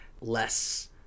less